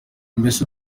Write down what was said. mbese